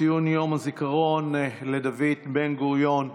ציון יום הזיכרון לדוד בן-גוריון.